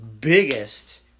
biggest